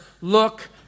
look